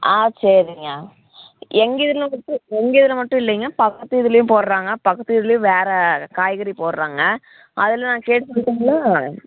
ஆ சரிங்க எங்கள் இதில் மட்டும் எங்கள் இதில் மட்டும் இல்லைங்க பக்கத்து இதிலையும் போடுறாங்க பக்கத்து இதுலையும் வேறு காய்கறி போடுறாங்க அதில்நான் கேட்டு சொல்லட்டுங்ளா